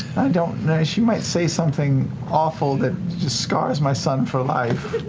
you know she might say something awful that just scars my son for life.